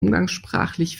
umgangssprachlich